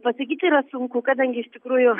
pasakyt yra sunku kadangi iš tikrųjų